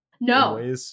No